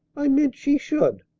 i meant she should.